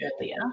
earlier